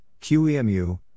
QEMU